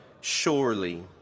surely